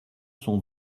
sont